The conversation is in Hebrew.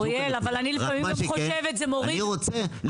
זו בדיוק הנקודה, רק מה שכן, אני רוצה להשתכנע.